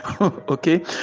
okay